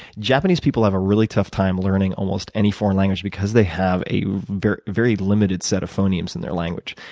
japanese people have a really tough time learning almost any foreign language because they have a very limited limited set of phonemes in their language.